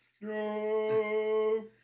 No